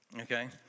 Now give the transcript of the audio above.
okay